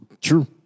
True